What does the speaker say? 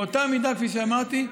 באותה מידה, כפי שאמרתי,